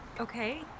Okay